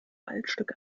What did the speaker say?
waldstück